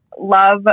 love